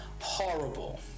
Horrible